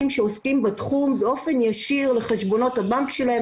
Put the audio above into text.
שעוסקים בתחום באופן ישיר לחשבונות הבנק שלהם.